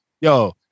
yo